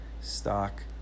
stock